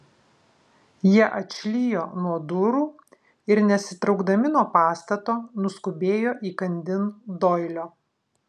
jie atšlijo nuo durų ir nesitraukdami nuo pastato nuskubėjo įkandin doilio